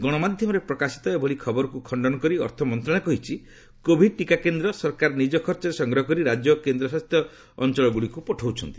ଗଣମାଧ୍ୟମରେ ପ୍ରକାଶିତ ଏଭଳି ସବୁ ଖବରକୁ ଖଣ୍ଡନ କରି ଅର୍ଥ ମନ୍ତ୍ରଣାଳୟ କହିଛି କୋଭିଡ୍ ଟିକା କେନ୍ଦ୍ର ସରକାର ନିଜ ଖର୍ଚ୍ଚରେ ସଂଗ୍ରହ କରି ରାଜ୍ୟ ଓ କେନ୍ଦ୍ରଶାସିତ ଅଞ୍ଚଳକୁ ପଠାଉଛନ୍ତି